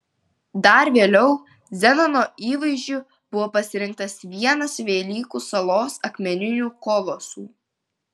dar vėliau zenono įvaizdžiui buvo pasirinktas vienas velykų salų akmeninių kolosų